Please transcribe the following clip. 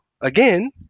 again